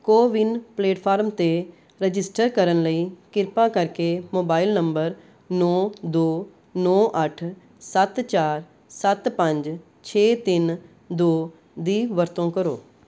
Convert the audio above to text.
CoWIN platform 'ਤੇ register ਕਰਨ ਲਈ ਕਿਰਪਾ ਕਰਕੇ ਮੋਬਾਈਲ ਨੰਬਰ ਨੌਂ ਦੋ ਨੌਂ ਅੱਠ ਸੱਤ ਚਾਰ ਸੱਤ ਪੰਜ ਛੇ ਤਿੰਨ ਦੋ ਦੀ ਵਰਤੋਂ ਕਰੋ